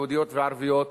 יהודיות וערביות,